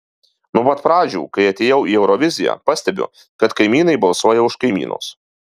nuo pat pradžių kai atėjau į euroviziją pastebiu kad kaimynai balsuoja už kaimynus